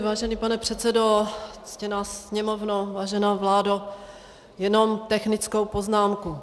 Vážený pane předsedo, ctěná Sněmovno, vážená vládo, jenom technickou poznámku.